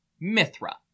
Mithra